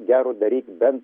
gero daryt bent